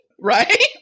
Right